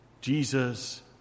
Jesus